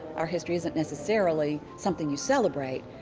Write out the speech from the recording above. our history isn't necessarily something you celebrate,